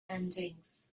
endings